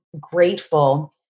grateful